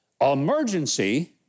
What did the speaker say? emergency